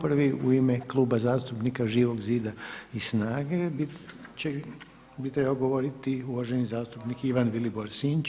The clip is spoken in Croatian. Prvi u ime Kluba zastupnika Život zida i SNAGA-e bi trebao govoriti uvaženi zastupnik Ivan Vilibor Sinčić.